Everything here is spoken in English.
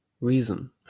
reason